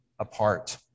apart